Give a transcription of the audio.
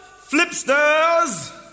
flipsters